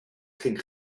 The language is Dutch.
ging